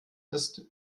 ist